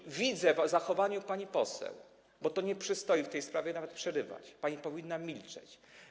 I widzę w zachowaniu pani poseł, bo to nie przystoi w tej sprawie nawet przerywać, pani powinna milczeć.